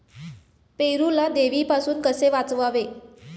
पेरूला देवीपासून कसे वाचवावे?